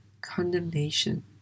condemnation